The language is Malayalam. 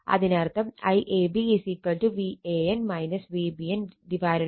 അതിനർത്ഥം IAB Van Vbn Z∆